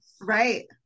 Right